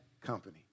company